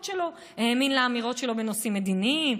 שלו: האמין לאמירות שלו בנושאים מדיניים,